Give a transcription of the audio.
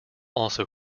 also